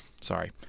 Sorry